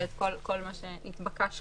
כי אני מזכיר שוב שיש אלמנט מהותי בין לקחת את